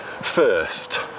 first